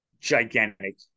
gigantic